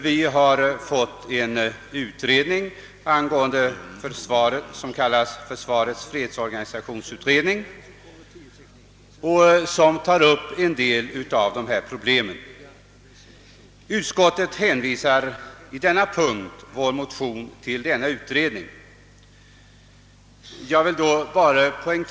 Vi har fått en utredning angående försvaret: »Försvarets fredsorganisationsutredning», som tar upp en del av de problem vi aktualiserat. Utskottet hänvisar i fråga om vad vi anfört i fråga om förbandslokalisering i vår motion till denna utredning.